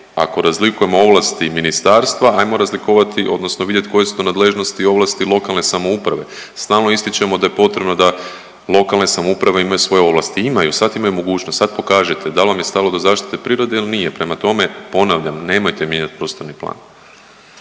ako razlikujemo ovlasti ministarstva ajmo razlikovat odnosno vidjet koje su to nadležnosti i ovlasti lokalne samouprave. Stalno ističemo da je potrebno da lokalne samouprave imaju svoje ovlasti, imaju, sad imaju mogućnost, sad pokažite dal vam je stalo do zaštite prirode ili nije. Prema tome ponavljam, nemojte mijenjat prostorni plan.